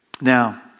Now